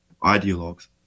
ideologues